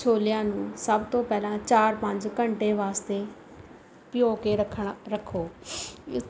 ਛੋਲਿਆਂ ਨੂੰ ਸਭ ਤੋਂ ਪਹਿਲਾਂ ਚਾਰ ਪੰਜ ਘੰਟੇ ਵਾਸਤੇ ਭਿਉਂ ਕੇ ਰੱਖਣਾ ਰੱਖੋ